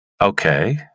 okay